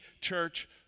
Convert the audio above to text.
church